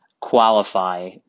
qualify